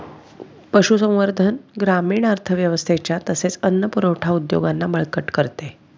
पशुसंवर्धन ग्रामीण अर्थव्यवस्थेच्या तसेच अन्न पुरवठा उद्योगांना बळकट करते